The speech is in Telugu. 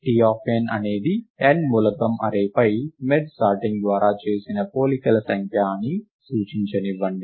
Tn అనేది n మూలకం అర్రే పై మెర్జ్ సార్టింగ్ ద్వారా చేసిన పోలికల సంఖ్య అని సూచించనివ్వండి